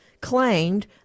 claimed